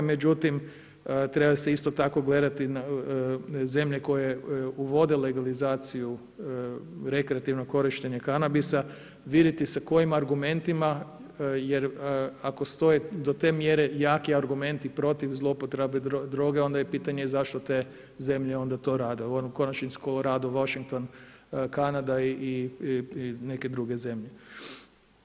Međutim, treba se isto tako gledati na zemlje koje uvode legalizaciju rekreativnog korištenja kanabisa, vidjeti sa kojim argumenti jer ako stoje do te mjere jaki argumenti protiv zloupotrebe droge, onda je pitanje zašto te zemlje onda to rade, u … Washington, Kanada i neke druge zemlje.